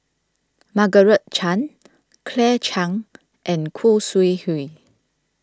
Margaret Chan Claire Chiang and Khoo Sui Hoe